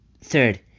Third